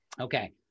Okay